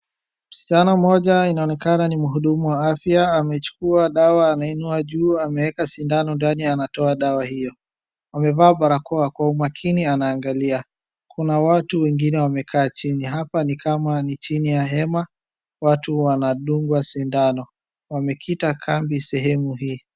Msichana mmoja inaoneka nimhudumu wa afya amechukua dawa anainua juu ameweka sindano ndani anatoa dawa hiyo. Amevaa barakoa. Kwa umakini anaangalia .Kuna watu wengine wamekaa chini. Hapa ni kama ni chini ya hema watu wanadungwa sindano. Wamekita kambi sehemu hii.